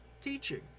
teaching